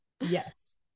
yes